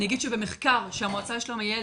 אני אגיד שבמחקר שהמועצה לשלום הילד,